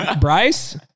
Bryce